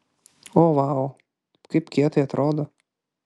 o vau kaip kietai atrodo